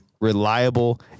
reliable